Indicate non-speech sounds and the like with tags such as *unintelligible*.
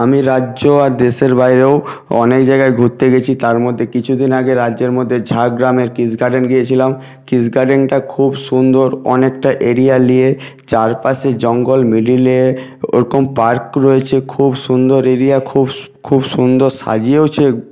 আমি রাজ্য আর দেশের বাইরেও অনেক জায়গায় ঘুরতে গেছি তার মধ্যে কিছুদিন আগে রাজ্যের মধ্যে ঝাড়গ্রামের কৃষ গার্ডেন গিয়েছিলাম কৃষ গাডেনটা খুব সুন্দর অনেকটা এরিয়া নিয়ে চারপাশে জঙ্গল মিডলে ওরকম পার্ক রয়েছে খুব সুন্দর এরিয়া খুব *unintelligible* খুব সুন্দর সাজিয়েওছে